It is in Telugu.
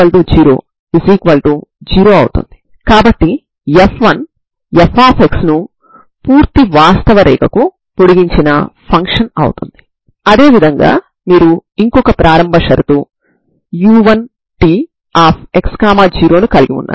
కాబట్టి దీని నుండి μnπb a వస్తుంది కాబట్టి ఈ విలువకు మీరు λ n22b a2 ని కలిగి ఉంటారు